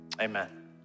Amen